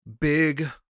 big